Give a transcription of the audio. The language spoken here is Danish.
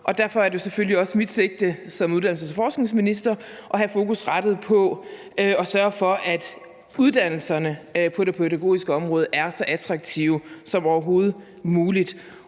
derfor er det selvfølgelig også mit sigte som uddannelses- og forskningsminister at have fokus rettet på at sørge for, at uddannelserne på det pædagogiske område er så attraktive som overhovedet muligt.